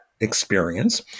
experience